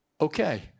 okay